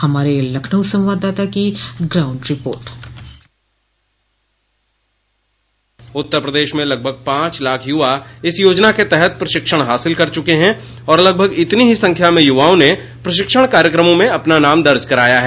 हमारे लखनऊ संवाददाता की ग्राउंड रिपोर्ट उत्तर प्रदेश में लगभग पांच लाख युवा इस योजना के तहत प्रशिक्षण हासिल कर चुके हैं और लगभग इतनी ही संख्या में युवाओं ने प्रशिक्षण कार्यक्रमों में अपना नाम दर्ज कराया है